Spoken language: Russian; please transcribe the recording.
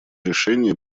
решение